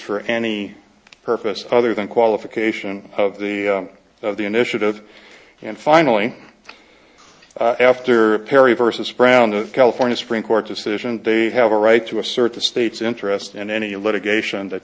for any purpose other than qualification of the of the initiative and finally after perry versus brown the california supreme court decision do have a right to assert the state's interest in any litigation that